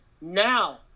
now